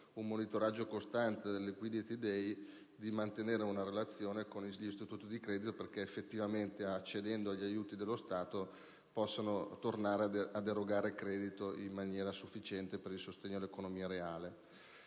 un monitoraggio costante, di mantenere una relazione con gli istituti di credito, perché, accedendo agli aiuti dello Stato, possano tornare ad erogare credito in maniera sufficiente per sostenere l'economia reale.